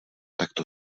takto